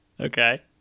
Okay